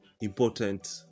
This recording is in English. important